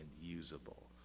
usable